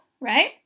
right